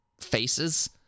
faces